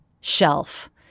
shelf